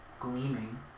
gleaming